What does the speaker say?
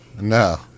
No